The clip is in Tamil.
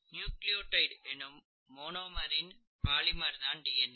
நியூக்ளியோடைடு எனும் மொனாமர் இன் பாலிமர் தான் டி என் ஏ